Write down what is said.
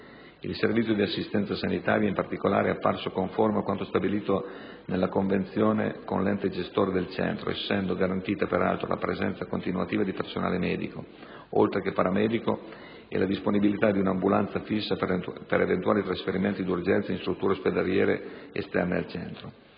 Il servizio di assistenza sanitaria, in particolare, è apparso conforme a quanto stabilito nella convenzione con l'ente gestore del centro, essendo garantita, peraltro, la presenza continuativa di personale medico, oltre che paramedico, e la disponibilità di un'ambulanza fissa per eventuali trasferimenti d'urgenza in strutture ospedaliere esterne al centro.